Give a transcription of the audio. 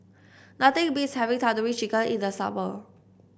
nothing beats having Tandoori Chicken in the summer